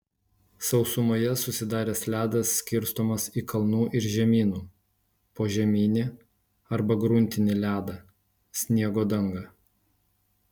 sausumoje susidaręs ledas skirstomas į kalnų ir žemynų požeminį arba gruntinį ledą sniego dangą